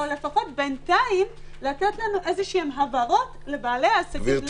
-- או לפחות בינתיים לתת לנו הבהרות לבעלי העסקים,